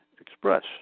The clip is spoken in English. express